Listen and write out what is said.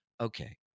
okay